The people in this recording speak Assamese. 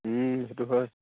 সেইটো হয়